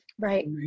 Right